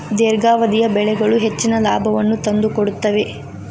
ದೇರ್ಘಾವಧಿಯ ಬೆಳೆಗಳು ಹೆಚ್ಚಿನ ಲಾಭವನ್ನು ತಂದುಕೊಡುತ್ತವೆ